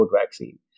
vaccine